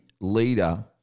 leader